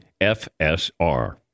FSR